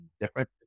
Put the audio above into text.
different